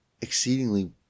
exceedingly